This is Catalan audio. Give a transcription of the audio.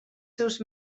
seus